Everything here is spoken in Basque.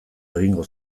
egingo